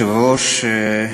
כבוד היושב-ראש,